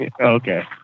Okay